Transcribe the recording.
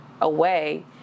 away